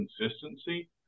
consistency